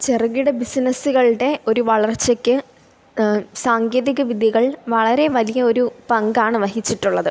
ചെറുകിട ബിസിനസ്സുകളുടെ ഒരു വളർച്ചക്ക് സാങ്കേതിക വിദ്യകൾ വളരെ വലിയൊരു പങ്കാണ് വഹിച്ചിട്ടുള്ളത്